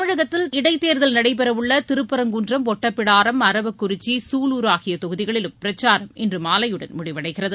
தமிழகத்தில் இடைத்தேர்தல் நடைபெறவுள்ள திருப்பரங்குன்றம் ஒட்டப்பிடாரம் அரவக்குறிச்சி சூலூர் ஆகிய தொகுதிகளிலும் பிரச்சாரம் இன்று மாலையுடன் முடிவடைகிறது